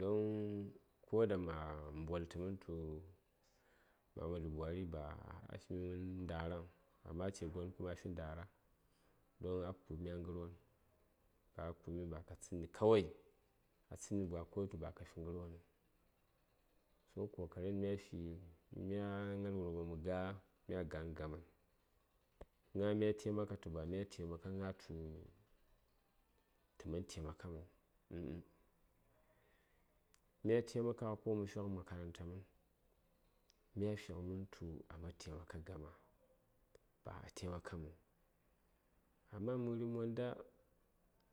don ko daŋ ma mbol təmən tu muhammadu Buhari ba a fimi mən ndaraŋ amma a ace gon kuma afi ndara don a ku:bmi a ngərwon dan a ku:bmi gwa ka tsədni kawai tuba kafi ngərwonəŋ don kokaren myafi, mya gnal wurɓa mə ga mya ga nə gaman gna mya taimaka tə ba mya taimaka tə tu tə man taimakaməŋ uhh uhh mya taimakaghə ko mə fighəni makaranta mən mya fighəmən tu aman taimaka gya gon ba a taimakaməŋ amma məri monda